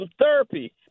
therapy